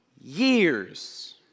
years